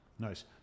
Nice